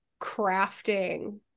crafting